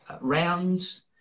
rounds